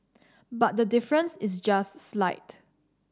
but the difference is just slight